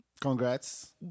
Congrats